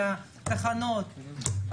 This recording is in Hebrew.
של התחנות,